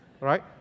Right